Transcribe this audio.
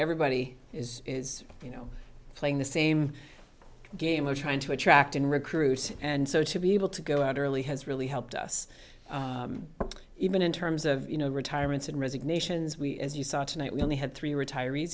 everybody is is you know playing the same game of trying to attract and recruit and so to be able to go out early has really helped us even in terms of you know retirements and resignations we as you saw tonight we only had three retirees